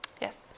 Yes